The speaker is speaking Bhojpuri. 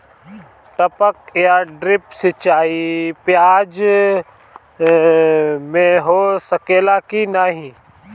टपक या ड्रिप सिंचाई प्याज में हो सकेला की नाही?